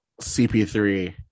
CP3